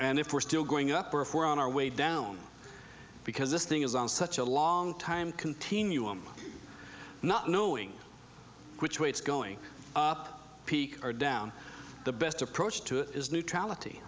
and if we're still going up or if we're on our way down because this thing is on such a long time continuum not knowing which way it's going up peak or down the best approach to it is neutrality